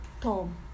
tom